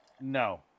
No